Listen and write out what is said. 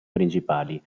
principali